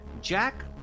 Jack